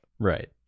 right